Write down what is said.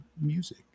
music